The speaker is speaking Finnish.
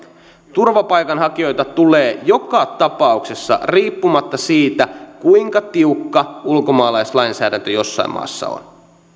turvapaikanhakijoita tulee joka tapauksessa riippumatta siitä kuinka tiukka ulkomaalaislainsäädäntö jossain maassa on